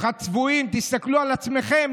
חתיכת צבועים, תסתכלו על עצמכם.